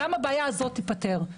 גם הבעיה הזאת תיפתר.